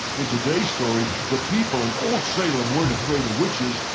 in today's story, the people in old salem weren't afraid of witches,